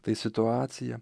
tai situacija